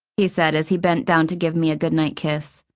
he said as he bent down to give me a good-night kiss.